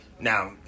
Now